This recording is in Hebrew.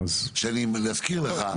שאני מזכיר לך,